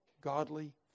godly